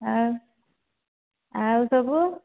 ଆଉ ଆଉ ସବୁ